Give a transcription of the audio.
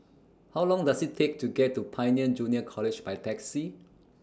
How Long Does IT Take to get to Pioneer Junior College By Taxi